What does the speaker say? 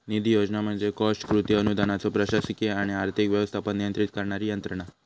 निधी योजना म्हणजे कॉस्ट कृती अनुदानाचो प्रशासकीय आणि आर्थिक व्यवस्थापन नियंत्रित करणारी यंत्रणा